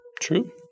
True